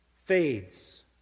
fades